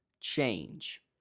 Change